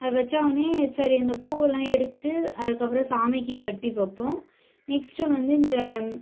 அதை வச்சவொன்னே சரி அந்த பூவெலாம் எடுத்து அதுக்கப்புறம் சாமிக்கு கட்டி வைப்போம் நெக்ஸ்ட்டு வந்து இந்த